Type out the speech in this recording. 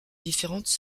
différentes